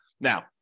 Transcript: Now